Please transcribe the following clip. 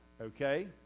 Okay